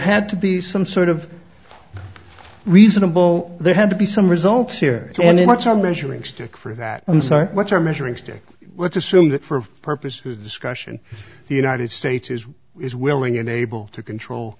had to be some sort of reasonable there had to be some results here and in much our measuring stick for that i'm sorry what's our measuring stick what's assumed that for purposes discussion the united states is is willing and able to control